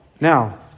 Now